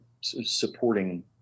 supporting